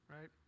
right